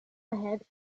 ahead